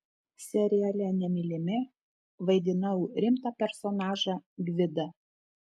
seriale nemylimi vaidinau rimtą personažą gvidą